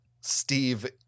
Steve